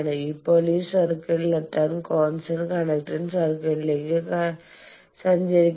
ഇപ്പോൾ ഈ സർക്കിളിലെത്താൻ കോൺസ്റ്റന്റ് കണ്ടക്റ്റൻസ് സർക്കിൾലേക്ക്constant കണ്ടക്റ്റൻസ് circle സഞ്ചരിക്കുന്നു